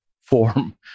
form